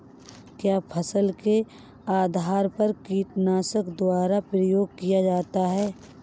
क्या फसल के आधार पर कीटनाशक दवा का प्रयोग किया जाता है?